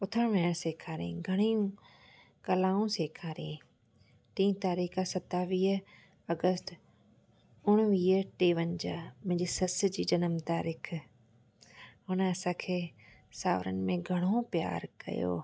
उथण विहण सिखारियई घणेई कलाऊं सिखारियई टी तारीख सतावीह अगस्त उणिवीह टेवंजाहु मुंहिंजी सस जी जनमु तारीख़ हुन असांखे सावरनि में घणो प्यार कयो